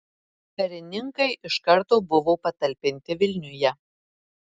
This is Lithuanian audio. karininkai iš karto buvo patalpinti vilniuje